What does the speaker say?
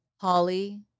Holly